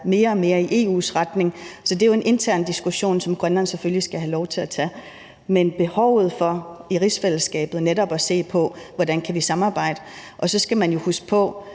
mere og mere i EU's retning, så det er jo en intern diskussion, som Grønland selvfølgelig skal have lov til at tage. Men der er et behov for i rigsfællesskabet netop at se på, hvordan vi kan samarbejde – og så skal man jo huske på,